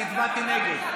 אני הצבעתי נגד.